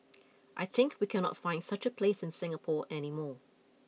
I think we cannot find such a place in Singapore any more